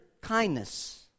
kindness